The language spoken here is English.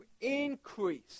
increase